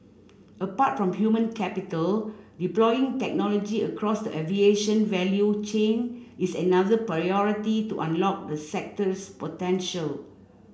apart from human capital deploying technology across the aviation value chain is another priority to unlock the sector's potential